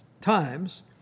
times